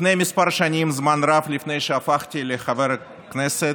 לפני כמה שנים, זמן רב לפני שהפכתי לחבר כנסת,